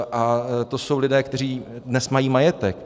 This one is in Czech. A to jsou lidé, kteří dnes mají majetek.